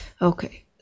okay